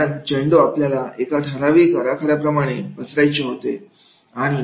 कारण चेंडू आपल्याला एका ठरावीक आराखड्याप्रमाणे पसरायची होते